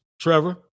Trevor